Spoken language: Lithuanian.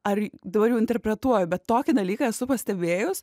ar dabar jau interpretuoju bet tokį dalyką esu pastebėjus